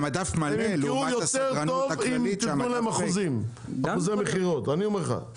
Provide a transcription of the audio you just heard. הם יתנהלו יותר טוב אם תתנו להם אחוזי מכירות אני אומר לך,